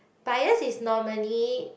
bias is normally